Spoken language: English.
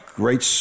great